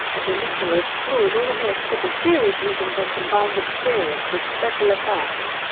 and initially explored all the myths of the series using their combined experience with special effects.